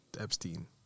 epstein